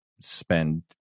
spend